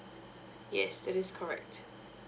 yes that is correct